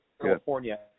california